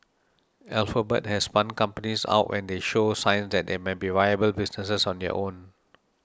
alphabet has spun companies out when they show signs that they might be viable businesses on their own